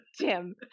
Jim